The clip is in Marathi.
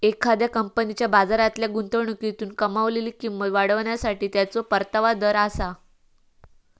एखाद्या कंपनीच्या बाजारातल्या गुंतवणुकीतून कमावलेली किंमत वाढवण्यासाठी त्याचो परतावा दर आसा